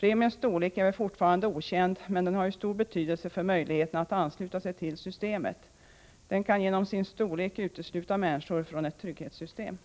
Premiens storlek är fortfarande okänd, men den har stor betydelse för möjligheten att ansluta sig till systemet. Avgiften kan genom sin storlek utesluta människor från ett trygghetssystem.